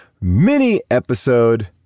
mini-episode